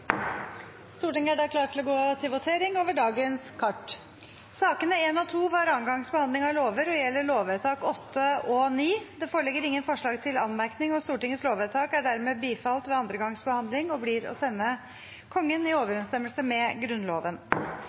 Stortinget tar nå pause, og i samsvar med den annonserte dagsordenen vil det bli votering kl. 15. Sakene nr. 1 og 2 er andre gangs behandling av lover og gjelder lovvedtakene 8 og 9. Det foreligger ingen forslag til anmerkning. Stortingets lovvedtak er dermed bifalt ved andre gangs behandling og blir å sende Kongen i overensstemmelse med Grunnloven.